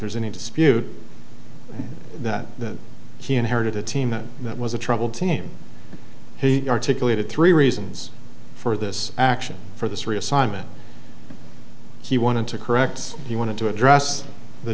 there's any dispute that that he inherited a team that was a troubled team he articulated three reasons for this action for this reassignment he wanted to correct he wanted to address the